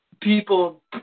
people